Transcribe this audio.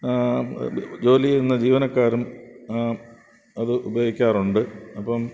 ജോലി ചെയ്യുന്ന ജീവനക്കാരും അത് ഉപയോഗിക്കാറുണ്ട് അപ്പം